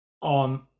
on